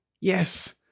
Yes